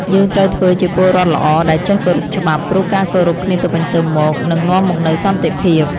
យើងត្រូវធ្វើជាពលរដ្ឋល្អដែលចេះគោរពច្បាប់ ព្រោះការគោរពគ្នាទៅវិញទៅមកនឹងនាំមកនូវសន្តិភាព។